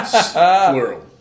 Plural